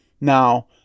Now